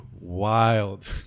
wild